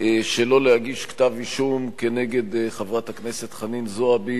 שלא להגיש כתב אישום כנגד חברת הכנסת חנין זועבי